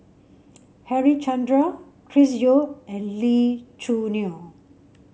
Harichandra Chris Yeo and Lee Choo Neo